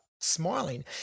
smiling